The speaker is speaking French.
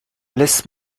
laisse